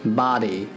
body